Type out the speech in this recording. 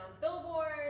billboards